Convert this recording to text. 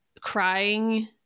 crying